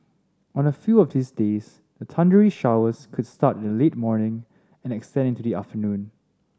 on a few of these days the thundery showers could start in the late morning and extend into the afternoon